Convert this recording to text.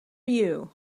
you